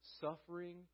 suffering